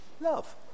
Love